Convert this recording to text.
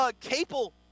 Capel